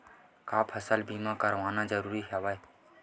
का फसल बीमा करवाना ज़रूरी हवय?